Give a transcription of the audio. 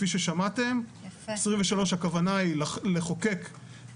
אל תקבעו